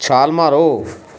ਛਾਲ ਮਾਰੋ